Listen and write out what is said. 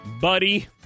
Buddy